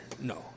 no